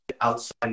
outside